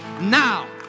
now